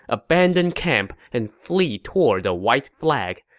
abandon camp and flee toward the white flag.